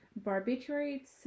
barbiturates